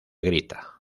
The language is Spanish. grita